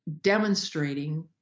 demonstrating